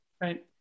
Right